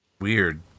Weird